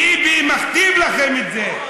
ביבי מכתיב לכם את זה.